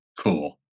cool